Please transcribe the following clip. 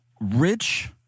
Rich